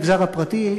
המגזר הפרטי,